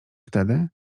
wtedy